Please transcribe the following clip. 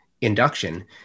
induction